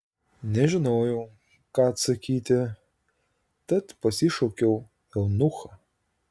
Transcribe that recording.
nežinojau ką atsakyti tad pasišaukiau eunuchą